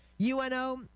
uno